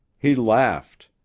he laughed.